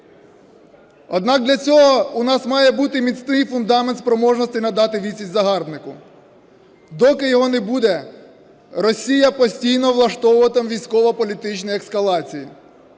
Однак для цього в нас має бути міцний фундамент спроможності надати відсіч загарбнику. Доки його не буде, Росія постійно влаштовуватиме військово-політичні ескалації.